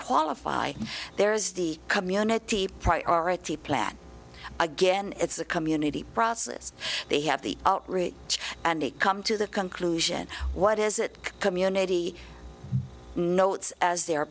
qualify there is the community priority plan again it's a community process they have the rich and it come to the conclusion what is it community notes as their